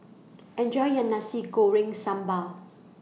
Enjoy your Nasi Goreng Sambal